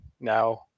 now